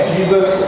Jesus